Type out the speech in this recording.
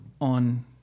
on